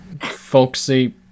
Folksy